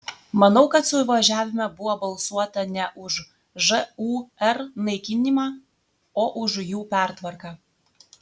manau kad suvažiavime buvo balsuota ne už žūr naikinimą o už jų pertvarką